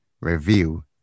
review